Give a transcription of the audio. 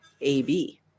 AB